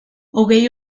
hogei